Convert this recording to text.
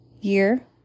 year